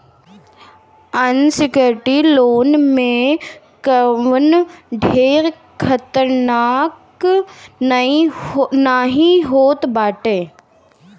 unsecured loan में कवनो ढेर खतरा नाइ होत हवे